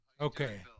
Okay